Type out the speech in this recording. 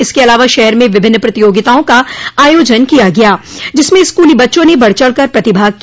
इसके अलावा शहर में विभिन्न प्रतियोगिताओं का आयोजन किया गया जिसमें स्कूली बच्चों ने बढ़ चढ़ कर प्रतिभाग किया